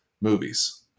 movies